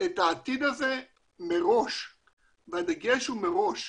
את העתיד הזה מראש והדגש הוא מראש.